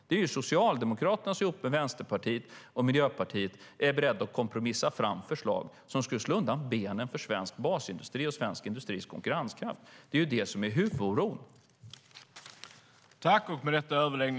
Det är ju Socialdemokraterna som ihop med Vänsterpartiet och Miljöpartiet är beredda att kompromissa fram förslag som skulle slå undan benen för svensk basindustri och svensk industris konkurrenskraft. Det är det som är huvudoron.